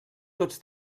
tots